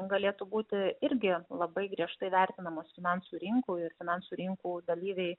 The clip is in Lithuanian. galėtų būti irgi labai griežtai vertinamos finansų rinkų finansų rinkos dalyviai